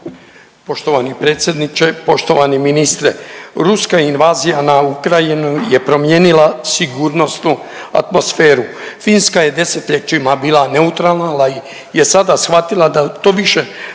Poštovani predsjedniče, poštovani ministre, ruska invazija na Ukrajinu je promijenila sigurnosnu atmosferu. Finska je desetljećima bila neutralna ali je sada shvatila da to više